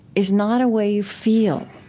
is not a way you feel.